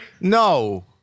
no